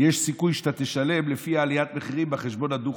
יש סיכוי שאתה תשלם לפי עליית המחירים בחשבון הדו-חודשי,